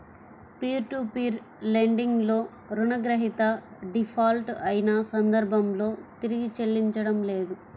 peer to peer lending లో రుణగ్రహీత default అయిన సందర్భంలో తిరిగి చెల్లించడం లేదు